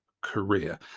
career